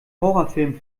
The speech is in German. horrorfilm